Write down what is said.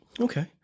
Okay